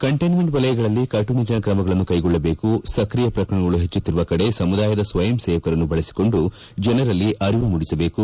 containment ವಲಯಗಳಲ್ಲಿ ಕಟ್ಟನಿಟ್ಟನ ಕ್ರಮಗಳನ್ನು ಕೈಗೊಳ್ಳಬೇಕು ಸಕ್ರಿಯ ಪ್ರಕರಣಗಳು ಹೆಚ್ಚುತ್ತಿರುವ ಕಡೆ ಸಮುದಾಯದ ಸ್ವಯಂಸೇವಕರನ್ನು ಬಳಸಿಕೊಂಡು ಜನರಲ್ಲಿ ಅರಿವು ಮೂಡಿಸಬೇಕು